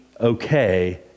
okay